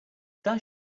does